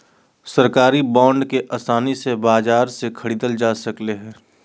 सरकारी बांड के आसानी से बाजार से ख़रीदल जा सकले हें